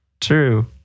true